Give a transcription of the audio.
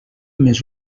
més